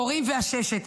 חורים ועששת.